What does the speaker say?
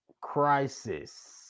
crisis